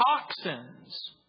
toxins